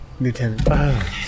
lieutenant